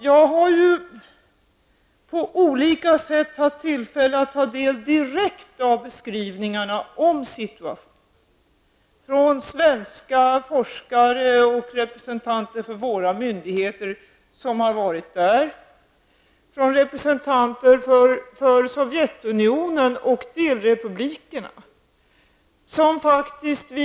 Jag har ju på olika sätt haft tillfälle att direkt ta del av beskrivningarna av situationen från svenska forskare och representanter för våra myndigheter som har varit på platsen samt från representanter för Sovjetunionen och delrepublikerna.